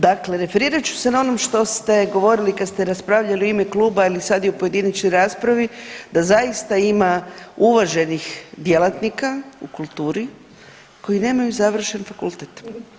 Dakle, referirat ću se na ono što ste govorili kad ste raspravljali u ime kluba ili sad u pojedinačnoj raspravi da zaista ima uvaženih djelatnika u kulturi koji nemaju završen fakultet.